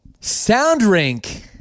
Soundrink